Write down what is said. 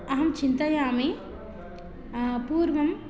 अहं चिन्तयामि पूर्वम्